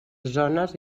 zones